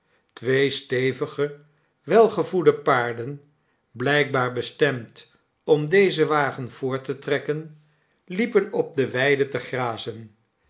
twee stevige welgevoede paarden blijkbaar bestemd om dezen wagen voort te trekken liepen op de weide te grazen